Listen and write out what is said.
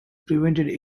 prevented